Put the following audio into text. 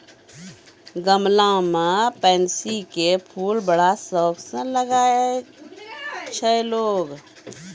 गमला मॅ पैन्सी के फूल बड़ा शौक स लगाय छै लोगॅ